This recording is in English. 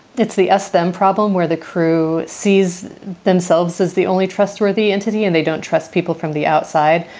it's the sdm problem where the crew sees themselves as the only trustworthy entity and they don't trust people from the outside,